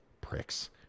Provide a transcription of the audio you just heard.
Pricks